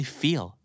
feel